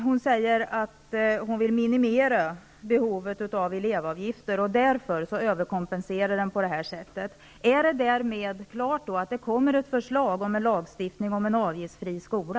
Hon säger att hon vill minimera behovet av elevavgifter och därför överkompenserar på det här viset. Är det därmed klart att det kommer ett förslag om en lagstiftning om en avgiftsfri skola?